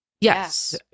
yes